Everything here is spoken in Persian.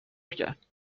کرد